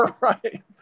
Right